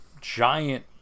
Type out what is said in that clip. giant